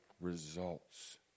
results